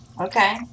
okay